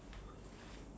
ya